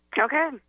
Okay